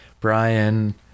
Brian